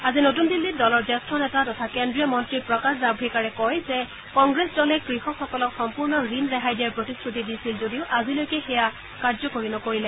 আজি নতুন দিল্লীত দলৰ জ্যেষ্ঠ নেতা তথা কেন্দ্ৰীয় মন্নী প্ৰকাশ জাম্ৰেকাৰে কয় যে কংগ্ৰেছ দলে কৃষকৰ সকলক সম্পূৰ্ণ ঋণ ৰেহাই দিয়াৰ প্ৰতিশ্ৰতি দিছিল যদিও আজিলৈকে সেয়া কাৰ্যকৰী নকৰিলে